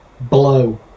blow